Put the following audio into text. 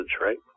Right